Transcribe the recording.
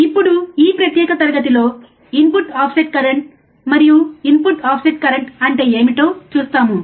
ఇప్పుడు ఈ ప్రత్యేక తరగతిలో ఇన్పుట్ ఆఫ్సెట్ కరెంట్ మరియు ఇన్పుట్ ఆఫ్సెట్ కరెంట్ అంటే ఏమిటో చూస్తాము